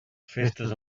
festes